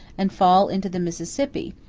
and fall into the mississippi,